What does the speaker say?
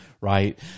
right